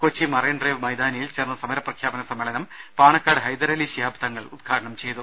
Kochi Marine Drive മൈതാനിയിൽ ചേർന്ന സമര പ്രഖ്യാപന സമ്മേളനം പാണക്കാട് ഹൈദരലി ശിഹാബ് തങ്ങൾ ഉദ്ഘാടനം ചെയ്തു